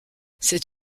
c’est